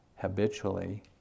habitually